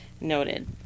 noted